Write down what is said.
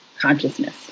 consciousness